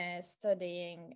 studying